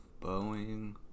Boeing